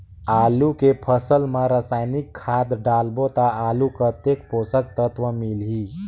आलू के फसल मा रसायनिक खाद डालबो ता आलू कतेक पोषक तत्व मिलही?